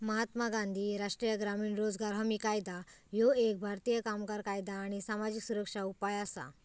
महात्मा गांधी राष्ट्रीय ग्रामीण रोजगार हमी कायदा ह्यो एक भारतीय कामगार कायदा आणि सामाजिक सुरक्षा उपाय असा